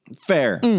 Fair